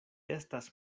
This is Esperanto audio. estas